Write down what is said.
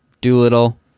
Doolittle